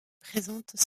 présente